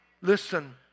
Listen